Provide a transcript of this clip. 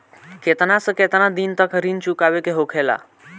केतना से केतना दिन तक ऋण चुकावे के होखेला?